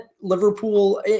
Liverpool